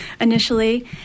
initially